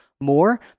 more